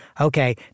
okay